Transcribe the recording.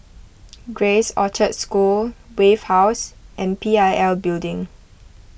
Grace Orchard School Wave House and P I L Building